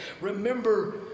remember